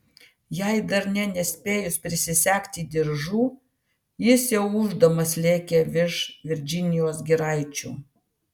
jai dar nė nespėjus prisisegti diržų jis jau ūždamas lėkė virš virdžinijos giraičių